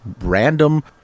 random